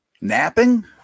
Napping